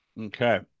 Okay